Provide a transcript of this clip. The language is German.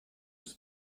des